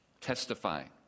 testifying